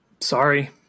Sorry